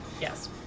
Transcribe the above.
Yes